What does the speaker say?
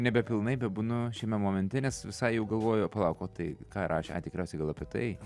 nebepilnai bebūnu šiame momente nes visai jau galvoju o palauk o tai ką rašė a tikriausiai gal apie tai